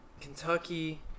Kentucky